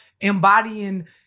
embodying